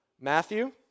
Matthew